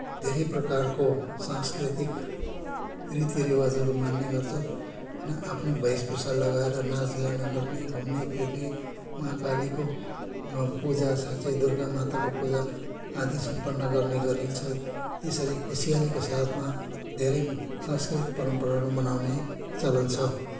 धेरै प्रकारको सांस्कृतिक रीति रिवाजहरू मान्ने गर्छ आफ्नो वेशभूषा लगाएर नाँच गान गर्ने घुम्ने फिर्ने मा कालीको पुजा साथै दुर्गा माताको पुजा आदि सम्पन्न गर्ने गरिन्छ यसरी खुसियालीको साथमा धेरै सांस्कृतिक परम्पराहरू मनाउने चलन छ